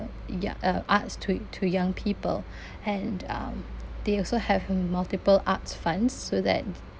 ya uh arts to to young people and um they also have um multiple arts funds so that